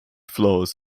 flows